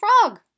frog